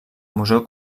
museu